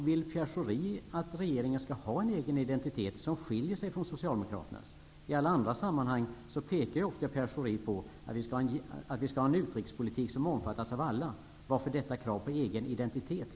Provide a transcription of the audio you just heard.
Vill Pierre Schori att regeringens politik skall ha en egen identitet, som skiljer sig från Socialdemokraternas? I andra sammanhang pekar Pierre Schori ofta på att vi skall ha en utrikespolitik som omfattas av alla. Varför detta krav på en egen identitet?